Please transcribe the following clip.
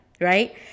right